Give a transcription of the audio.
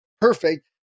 perfect